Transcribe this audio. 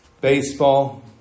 baseball